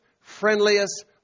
friendliest